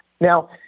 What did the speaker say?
Now